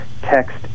text